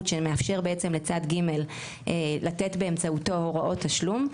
שמאפשר בעצם לצד ג' לתת באמצעותו הוראות תשלום,